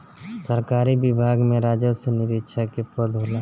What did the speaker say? सरकारी विभाग में राजस्व निरीक्षक के पद होला